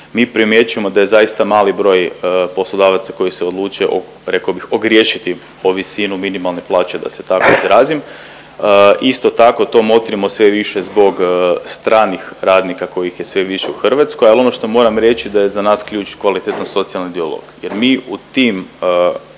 Mi primjećujemo da je zaista mali broj poslodavaca koji se odlučuje o rekao bih ogriješiti o visini minimalne plaće da se tako izrazim. Isto tako to motrimo sve više zbog stranih radnika kojih je sve više u Hrvatskoj. Al ono što moramo reći da je za nas ključ kvalitetan socijalan dijalog